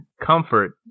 comfort